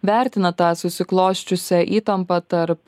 vertinat tą susiklosčiusią įtampą tarp